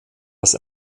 das